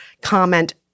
comment